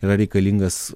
yra reikalingas